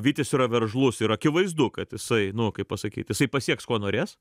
vytis yra veržlus ir akivaizdu kad jisai nu kaip pasakyt jisai pasieks ko norės